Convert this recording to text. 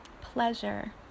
pleasure